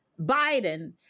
Biden